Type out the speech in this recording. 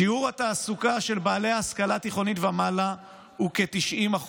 שיעור התעסוקה של בעלי השכלה תיכונית ומעלה הוא כ-90%.